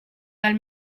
del